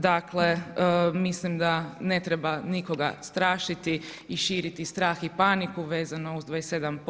Dakle, mislim da ne treba nikoga strašiti i širiti strah i paniku vezano uz 27%